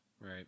Right